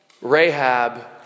Rahab